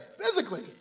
physically